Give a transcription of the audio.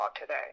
today